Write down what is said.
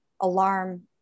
alarm